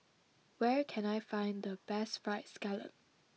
where can I find the best fried scallop